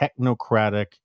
technocratic